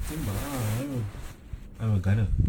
tembak lah kenapa I am a designer